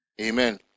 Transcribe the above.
Amen